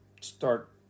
start